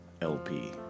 LP